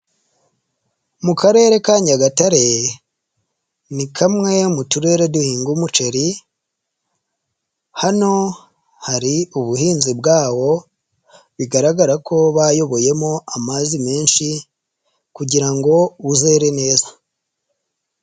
Mu karere ka Nyagatare, ni kamwe mu turere duhinga umuceri, hano hari ubuhinzi bwa wo bigaragara ko bayoboreyemo amazi menshi kugira ngo uzere neza.